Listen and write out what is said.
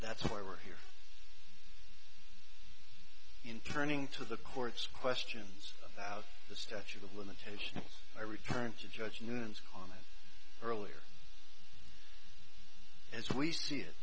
that's why we're here in turning to the courts questions about the statute of limitations i returned to judge newton's on it earlier as we see it